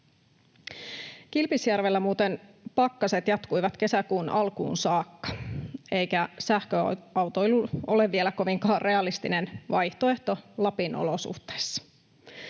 Kilpisjärvellä muuten pakkaset jatkuivat kesäkuun alkuun saakka, eikä sähköautoilu ole vielä kovinkaan realistinen vaihtoehto Lapin olosuhteissa.